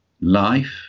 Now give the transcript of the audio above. life